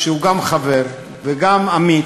שהוא גם חבר וגם עמית,